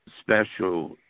special